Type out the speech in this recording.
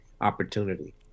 opportunity